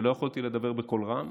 כשלא יכולתי לדבר בקול רם.